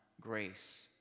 grace